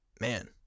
man